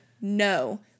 no